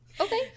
Okay